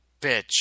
bitch